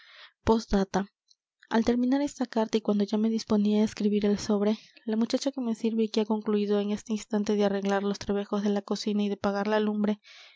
postdata al terminar esta carta y cuando ya me disponía á escribir el sobre la muchacha que me sirve y que ha concluído en este instante de arreglar los trebejos de la cocina y de apagar la lumbre